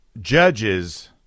judges